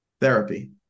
Therapy